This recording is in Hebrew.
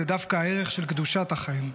הוא דווקא הערך של קדושת החיים.